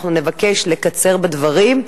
אנחנו נבקש לקצר בדברים.